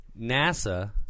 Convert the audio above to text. NASA